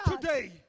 today